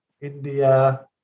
India